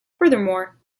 furthermore